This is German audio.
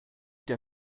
der